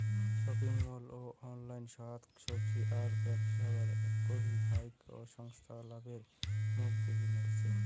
shopping mall ও অনলাইনত শাক সবজি আর ফলব্যবসা করি ফাইক সংস্থা লাভের মুখ দ্যাখির নাইগচে